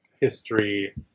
history